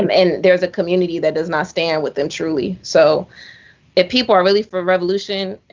um and there's a community that does not stand with them truly. so if people are really for revolution,